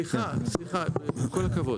סליחה, עם כל הכבוד.